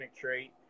trait